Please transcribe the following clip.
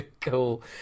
Cool